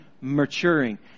maturing